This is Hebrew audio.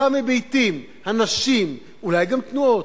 אותם היבטים, אנשים, אולי גם תנועות.